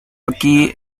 aquí